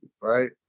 right